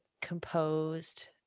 composed